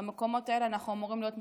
במקומות האלה אנחנו אמורים להיות מסונכרנים.